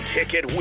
Ticket